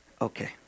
Okay